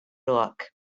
look